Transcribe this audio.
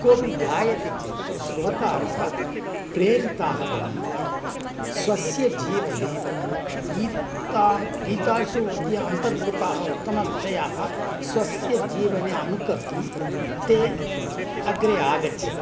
कोऽपि गायति चेत् श्रोतारः प्रेरिताः भवन्ति स्वस्य जीवने गीता गीतासु विद्या अन्तर्भूताः उत्तमविषयाः स्वस्य जीवने अनुकर्तुं ते अग्रे आगच्छन्ति